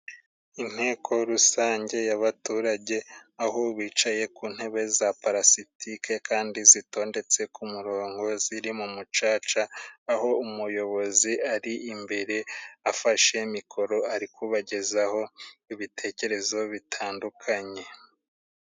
Inteko rusange yab'abaturage aho bicaye ku ntebe za parasitike. Kandi zitondetse ku murongo, ziri mu mucaca. Aho umuyobozi ari imbere afashe mikoro ari kubagezaho ibitekerezo bitandukanye.